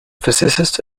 physicist